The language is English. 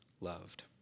loved